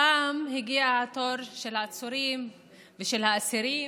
הפעם הגיע התור של העצורים ושל האסירים,